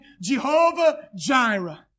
Jehovah-Jireh